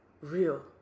real